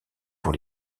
pour